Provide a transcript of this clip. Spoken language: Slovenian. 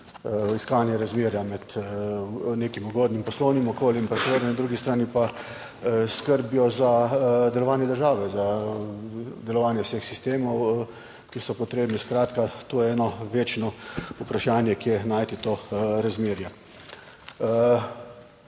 iskanje razmerja med nekim ugodnim poslovnim okoljem, pa seveda na drugi strani pa skrbjo za delovanje države, za delovanje vseh sistemov, ki so potrebni. Skratka to je eno večno vprašanje, kje najti to razmerje.